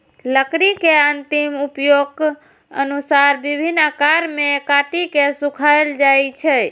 लकड़ी के अंतिम उपयोगक अनुसार विभिन्न आकार मे काटि के सुखाएल जाइ छै